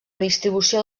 distribució